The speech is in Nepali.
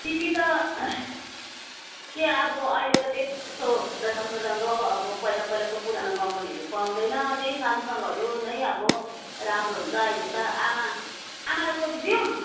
तिमी त के अब अहिले त त्यस्तो त्यस्तो राम्रो राम्रो अब पहिला पहिलाको पुरानो कम्पनीहरू पाउँदैन त्यही सामसङहरू नै अब राम्रो हुन्छ अहिले त आमा आमालाई सोधिदिउँ